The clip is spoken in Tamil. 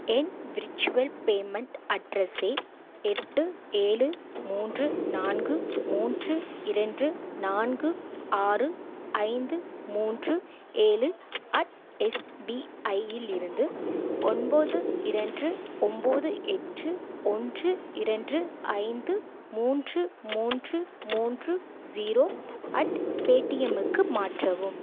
என் விர்ச்சுவல் பேமெண்ட் அட்ரஸை எட்டு ஏழு மூன்று நான்கு மூன்று இரண்டு நான்கு ஆறு ஐந்து மூன்று ஏழு அட் எஸ்பிஐலிருந்து ஒம்போது இரண்டு ஒம்போது எட்டு ஒன்று இரண்டு ஐந்து மூன்று மூன்று மூன்று ஸீரோ அட் பேடிஎம்முக்கு மாற்றவும்